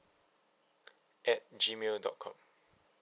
at gmail dot com